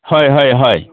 हय हय हय